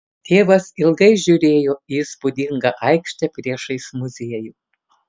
tėvas ilgai žiūrėjo į įspūdingą aikštę priešais muziejų